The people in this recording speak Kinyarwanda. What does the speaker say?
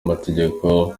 amategeko